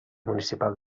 municipal